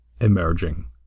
emerging